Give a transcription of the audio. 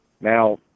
Now